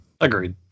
Agreed